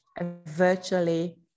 virtually